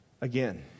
again